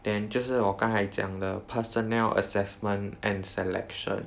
then 就是我刚才讲的 personnel assessment and selection